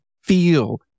feel